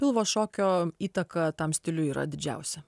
pilvo šokio įtaką tam stiliui yra didžiausia